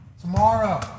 Tomorrow